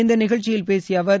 இந்நிகழ்ச்சியில் பேசிய அவர்